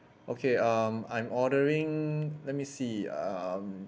okay um I'm ordering let me see um